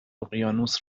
اقیانوس